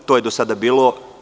To je do sada bila.